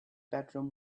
bedroom